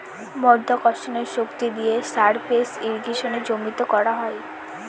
মাধ্যাকর্ষণের শক্তি দিয়ে সারফেস ইর্রিগেশনে জমিতে করা হয়